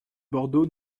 bordeaux